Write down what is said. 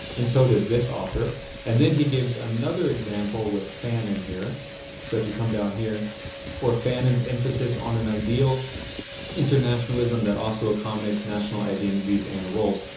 and so does this author and then he gives another example with fanon here so if you come down here or fanon's emphasis on an ideal internationalism that also accommodates national identities and roles.